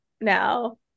now